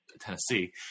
Tennessee